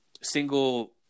single